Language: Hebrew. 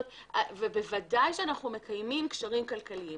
ובוודאי שאנחנו מקיימים קשרים כלכליים.